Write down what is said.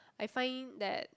I find that